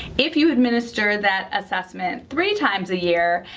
if you administer that assessment three times a year,